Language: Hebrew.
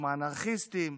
שמאנרכיסטים.